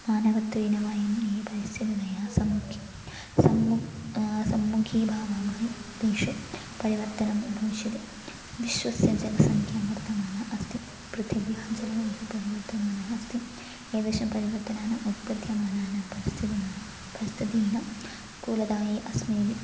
मानवत्वेन वयं ये परिस्थिततया समुच सम्मु सम्मुखी भावामः तेषु परिवर्तनं भविष्यति विश्वस्य जनसङ्ख्या वर्धमाना अस्ति पृथिव्याः जनेन उपरि वर्तमानः अस्ति एतेषां परिवर्तनाम् उत्पद्यमानानां परिस्थितानां परिस्थितीनां कूलदाये अस्माभिः